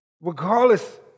regardless